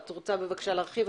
את רוצה בבקשה להרחיב,